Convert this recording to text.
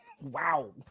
Wow